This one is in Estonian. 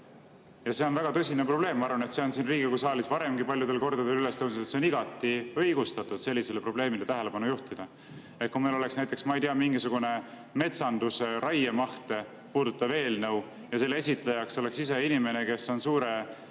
Ja see on väga tõsine probleem. Ma arvan, et see on siin Riigikogu saalis varemgi paljudel kordadel üles tõusnud ja on igati õigustatud sellisele probleemile tähelepanu juhtida. Kui meil oleks näiteks, ma ei tea, mingisugune metsanduse raiemahte puudutav eelnõu ja selle esitlejaks oleks inimene, kes on suure